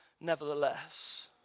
nevertheless